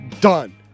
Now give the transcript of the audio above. done